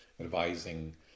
advising